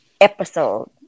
episode